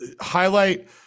highlight